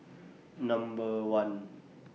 Number one